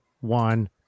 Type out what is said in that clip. one